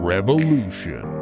Revolution